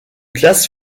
classe